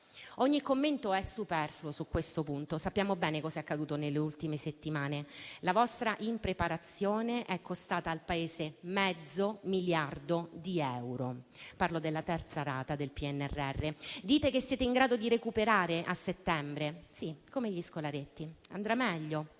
Ogni commento su questo punto è superfluo: sappiamo bene cosa è accaduto nelle ultime settimane. La vostra impreparazione è costata al Paese mezzo miliardo di euro: parlo della terza rata del PNRR. Dite che siete in grado di recuperare a settembre. Sì, come gli scolaretti. Andrà meglio?